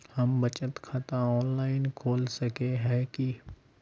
हम बचत खाता ऑनलाइन खोल सके है की?